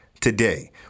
today